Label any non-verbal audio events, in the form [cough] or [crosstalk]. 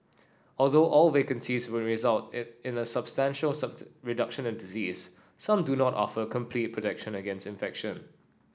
although all vaccines may result in in a substantial [unintelligible] reduction in disease some do not offer complete protection against infection